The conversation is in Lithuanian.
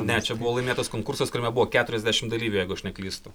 ne čia buvo laimėtas konkursas kuriame buvo keturiasdešimt dalyvių jeigu aš neklystu